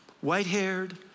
white-haired